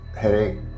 Headache